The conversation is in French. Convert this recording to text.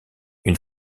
une